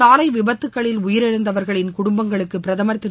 சாலை விபத்துக்களில் உயிரிழந்தவர்களின் குடும்பங்களுக்கு பிரதம் திரு